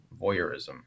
voyeurism